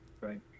right